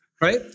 Right